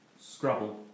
Scrabble